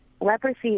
leprosy